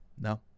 No